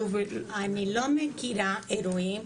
אני לא מכירה אירועים,